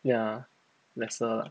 ya lesser ah